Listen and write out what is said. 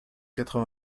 quatre